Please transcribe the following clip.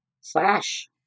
slash